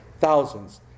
Thousands